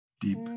deep